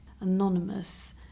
anonymous